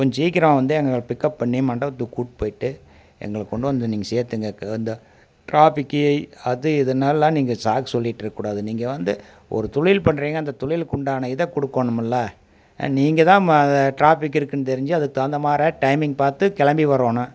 கொஞ்சம் சீக்கிரமாக வந்து எங்களை பிக்கப் பண்ணி மண்டபத்துக்கு கூப்ட்டு போய்ட்டு எங்களை கொண்டு வந்து நீங்கள் சேத்துடுங்க இந்த டிராஃபிக்கு அது இதுன்னுலாம் நீங்கள் சாக்கு சொல்லிட்டிருக்க கூடாது நீங்கள் வந்து ஒரு தொழில் பண்ணுறிங்க அந்த தொழிலுக்குண்டான இதை குடுக்கணுமுல்ல நீங்கள் தான் டிராஃபிக் இருக்குன்னு தெரிஞ்சு அதுக்கு தகுந்தமாரி டைமிங் பார்த்து கிளம்பி வரணும்